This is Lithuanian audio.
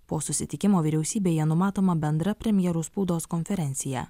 po susitikimo vyriausybėje numatoma bendra premjerų spaudos konferencija